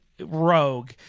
rogue